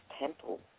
temple